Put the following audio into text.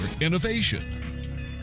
innovation